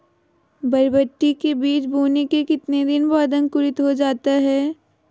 बरबटी के बीज बोने के कितने दिन बाद अंकुरित हो जाता है?